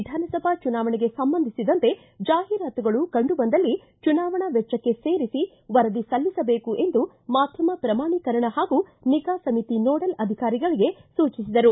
ವಿಧಾನಸಭಾ ಚುನಾವಣೆಗೆ ಸಂಬಂಧಿಸಿದಂತೆ ಜಾಹೀರಾತುಗಳು ಕಂಡು ಬಂದಲ್ಲಿ ಚುನಾವಣಾ ವೆಚ್ಚಕ್ಕೆ ಸೇರಿಸಿ ವರದಿ ಸಲ್ಲಿಸಬೇಕು ಎಂದು ಮಾಧ್ಯಮ ಪ್ರಮಾಣೀಕರಣ ಹಾಗೂ ನಿಗಾ ಸಮಿತಿ ನೋಡಲ್ ಅಧಿಕಾರಿಗಳಿಗೆ ಸೂಚಿಸಿದರು